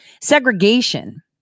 segregation